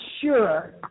sure